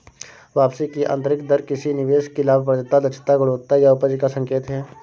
वापसी की आंतरिक दर किसी निवेश की लाभप्रदता, दक्षता, गुणवत्ता या उपज का संकेत है